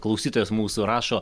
klausytojas mūsų rašo